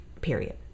Period